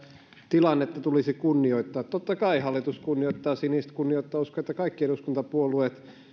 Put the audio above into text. tilannetta tulisi kunnioittaa totta kai hallitus kunnioittaa siniset kunnioittaa uskon että kaikki eduskuntapuolueet kunnioittavat